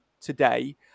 today